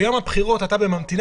ביום הבחירות אתה בממתינה,